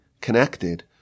connected